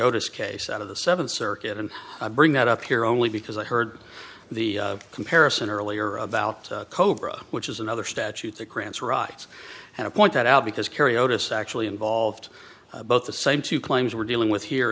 otus case out of the seventh circuit and i bring that up here only because i heard the comparison earlier about cobra which is another statute that grants rights and a point that out because carrie otis actually involved both the same two claims we're dealing with here